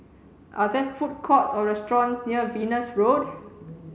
are there food courts or restaurants near Venus Road